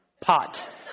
pot